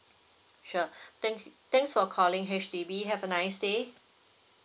sure thank thanks for calling H_D_B have a nice day